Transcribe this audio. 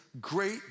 great